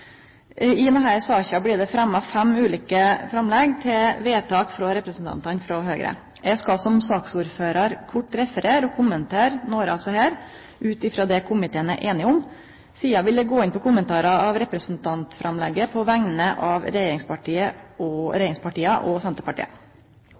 I denne saka blir det fremja fem ulike framlegg til vedtak frå representantane frå Høgre. Eg skal som saksordførar kort referere og kommentere nokre av desse ut frå det komiteen er einig om. Sidan vil eg gå inn på kommentarar til representantframlegget på vegner av regjeringspartia og